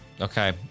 okay